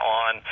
on